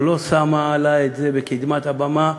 או לא שמה את זה בקדמת הבמה,